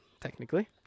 technically